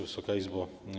Wysoka Izbo!